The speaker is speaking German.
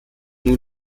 nun